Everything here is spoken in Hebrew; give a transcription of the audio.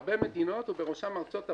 הרבה מדינות, ובראשן ארצות הברית,